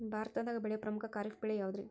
ಭಾರತದಾಗ ಬೆಳೆಯೋ ಪ್ರಮುಖ ಖಾರಿಫ್ ಬೆಳೆ ಯಾವುದ್ರೇ?